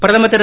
பிரதமர் திரு